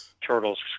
Turtles